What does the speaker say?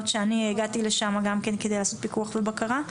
שאני הגעתי לשם גם כן כדי לעשות פיקוח ובקרה.